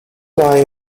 why